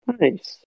Nice